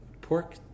Pork